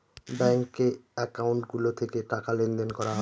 ব্যাঙ্কে একাউন্ট গুলো থেকে টাকা লেনদেন করা হয়